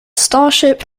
starship